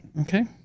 Okay